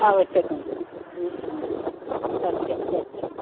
आवश्यकं सत्यं सत्यं